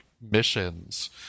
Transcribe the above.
Missions